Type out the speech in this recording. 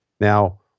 Now